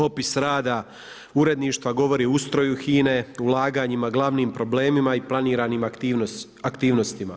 Opis rada uredništva govori o ustroj HINA-e, o ulaganjima, glavnim problemima i planiranim aktivnostima.